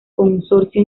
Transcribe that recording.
consorcio